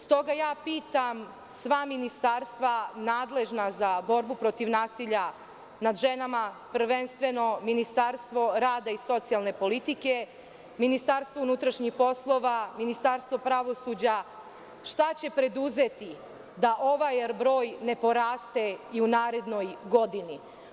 Stoga, pitam sva ministarstva nadležna za borbu protiv nasilja nad ženama, prvenstveno Ministarstvo rada i socijalne politike, Ministarstvo unutrašnjih poslova, Ministarstvo pravosuđa – šta će preduzeti da ovaj broj ne poraste i u narednoj godini?